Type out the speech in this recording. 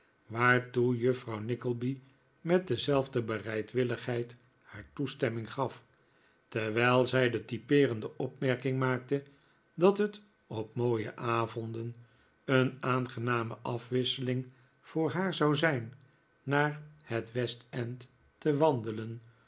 waartoe juffrouw nickleby met dezelfde bereidwilligheid haar toestemming gaf terwijl zij de typeerende opmerking maakte dat het op mooie avonden een aangename afwisseling voor haar zou zijn naar het west-end te wandelen